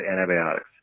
antibiotics